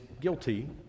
guilty